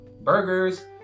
burgers